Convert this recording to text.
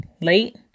late